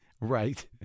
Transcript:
Right